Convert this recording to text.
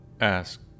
ask